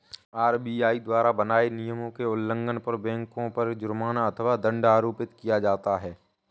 RBI द्वारा बनाए नियमों के उल्लंघन पर बैंकों पर जुर्माना अथवा दंड आरोपित किया जाता है